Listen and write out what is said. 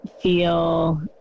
feel